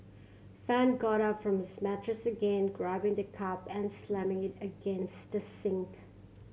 fan got up from his mattress again grabbing the cup and slamming it against the sink